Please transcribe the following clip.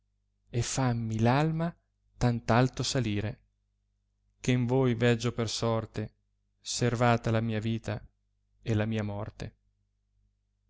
e fammi alma tant alto salire che n voi veggio per sorte servata la mia vita e la mia morte